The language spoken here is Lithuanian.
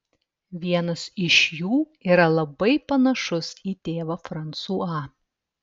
vienas iš jų yra labai panašus į tėvą fransuą